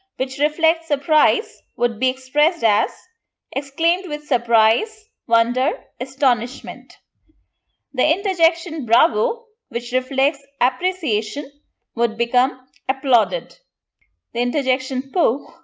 which reflect surprise would be expressed as exclaimed with surprise wonder astonishment the interjection bravo! which reflects appreciation would become applauded the interjection pooh!